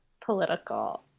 political